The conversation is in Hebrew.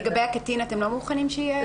לגבי הקטין אתם לא מוכנים שיהיה סיוע משפטי?